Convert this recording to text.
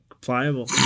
pliable